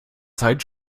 zeit